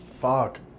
Fuck